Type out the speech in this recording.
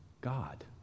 God